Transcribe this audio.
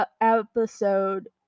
episode